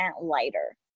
lighter